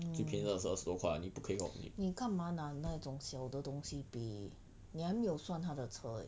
你干嘛拿那种小的东西比你还没有算他的车 eh